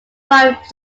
wife